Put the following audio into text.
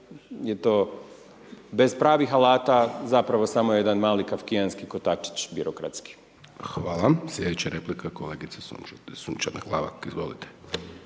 je to bez pravih alata, zapravo samo jedan mali kafkijanski kotačić birokratski. **Hajdaš Dončić, Siniša (SDP)** Hvala. Slijedeća replika, kolegica Sunčana Glavak, izvolite.